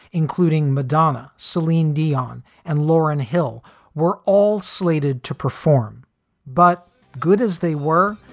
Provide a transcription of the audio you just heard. including madonna, celine dion and lauryn hill were all slated to perform but good as they were,